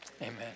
amen